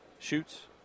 shoots